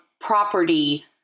property